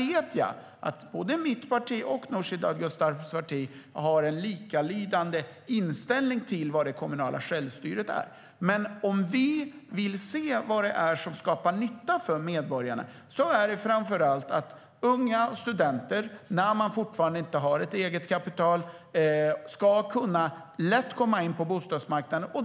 Jag vet att mitt och Nooshi Dadgostars parti har en likalydande inställning till vad det kommunala självstyret är. Om vi vill se vad det är som skapar nytta för medborgarna är det framför allt att unga och studenter, som fortfarande inte har ett eget kapital, lätt ska kunna komma in på bostadsmarknaden.